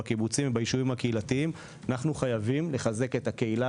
בקיבוצים וביישובים הקהילתיים אנחנו חייבים לחזק את הקהילה.